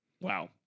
Wow